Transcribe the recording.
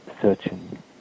searching